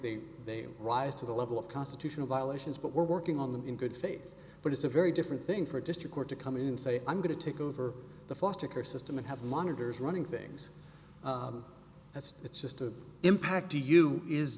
they they rise to the level of constitutional violations but we're working on them in good faith but it's a very different thing for a district court to come in and say i'm going to take over the foster care system and have monitors running things that's it's just an impact to you is